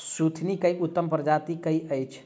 सुथनी केँ उत्तम प्रजाति केँ अछि?